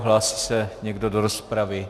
Hlásí se někdo do rozpravy?